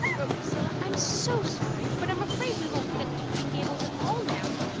wrote priscilla, i'm so sorry, but i'm afraid we won't get up to green gables at all now,